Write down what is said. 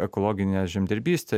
ekologinę žemdirbystę